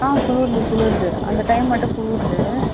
ஆ குளிருது குளிருது அந்த டைம் மட்டும் குளிருது